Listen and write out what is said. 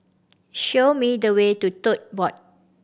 show me the way to Tote Board